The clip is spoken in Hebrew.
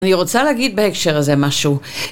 שמות נוספים של דג החרב